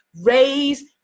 raise